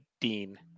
Dean